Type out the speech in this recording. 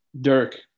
Dirk